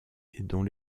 dont